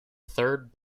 third